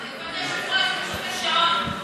כבוד היושב-ראש, פשוט השעון.